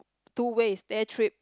two ways day trip